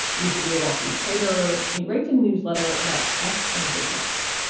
used to be a wall street trader, and he writes a newsletter about tech and business.